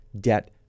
debt